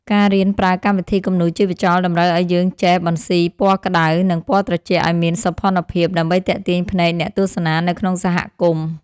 ការរៀនប្រើកម្មវិធីគំនូរជីវចលតម្រូវឱ្យយើងចេះបន្ស៊ីពណ៌ក្តៅ និង ពណ៌ត្រជាក់ឱ្យមានសោភ័ណភាពដើម្បីទាក់ទាញភ្នែកអ្នកទស្សនានៅក្នុងសហគមន៍។